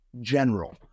general